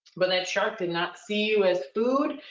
but that shark did not see you with food.